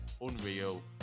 unreal